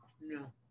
No